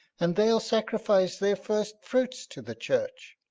and they'll sacrifice their first fruits to the church.